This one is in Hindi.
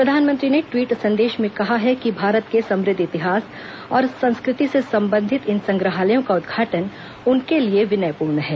प्रधानमंत्री ने ट्वीट संदेश में कहा है कि भारत के समृद्ध इतिहास और संस्कृति से संबंधित इन संग्रहालयों का उदघाटन उनके लिये विनयपूर्ण है